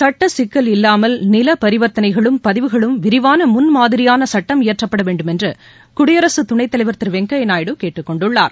சுட்ட சிக்கல் இல்வாமல் நில பரிவர்த்தனைக்கும் பதிவுகளுக்கும் விரிவான முன்மாதிரியான சட்டம் இயற்றப்பட வேண்டும் என்று குடியரசு துணைத்தலைவர் திரு வெங்கையா நாயுடு கேட்டுக்கொண்டுள்ளார்